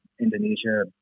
Indonesia